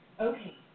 Okay